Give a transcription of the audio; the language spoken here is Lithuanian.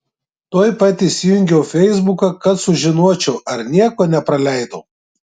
tuoj pat įsijungiau feisbuką kad sužinočiau ar nieko nepraleidau